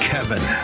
Kevin